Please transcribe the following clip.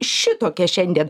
šitokia šiandien